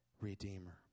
redeemer